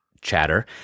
chatter